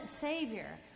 savior